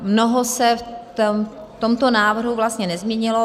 Mnoho se v tomto návrhu vlastně nezměnilo.